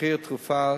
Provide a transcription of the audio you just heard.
מחיר תרופה,